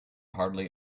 hardly